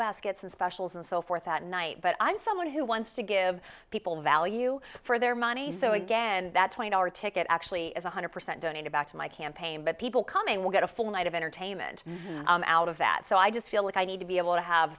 baskets and specials and so forth that night but i'm someone who wants to give people value for their money so again that's when our ticket actually is one hundred percent donated back to my campaign but people coming will get a full night of entertainment out of that so i just feel like i need to be able to have